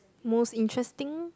most interesting